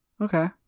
okay